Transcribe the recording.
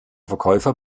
verkäufer